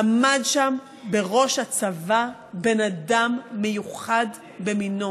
עמד שם בראש הצבא בן אדם מיוחד במינו.